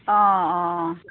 অঁ অঁ অঁ